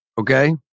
Okay